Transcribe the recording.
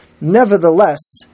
Nevertheless